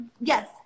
yes